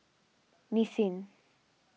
Nissin